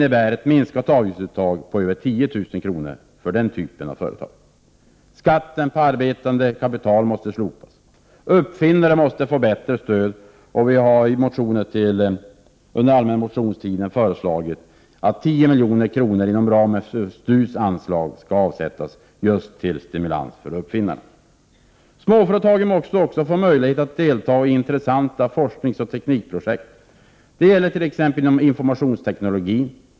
Det innebär ett minskat avgiftsuttag på över 10 000 kr. per år för den typen av företag. Skatten på arbetande kapital måste slopas. Uppfinnare måste få bättre stöd. I motioner under allmänna motionstiden har vi föreslagit att tio miljoner kronor inom ramen för STU:s anslag skall avsättas just till stimulans för uppfinnare. Småföretagen måste också få möjlighet att delta i intressanta forskningsoch teknikprojekt. Det gäller t.ex. inom informationsteknologin.